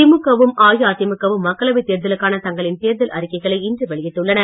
திமுக வும் அஇஅதிமுக வும் மக்களவை தேர்தலுக்கான தங்களின் தேர்தல் அறிக்கைகளை இன்று வெளியிட்டுள்ளன